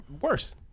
worse